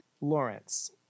lawrence